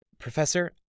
Professor